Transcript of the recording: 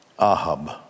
Ahab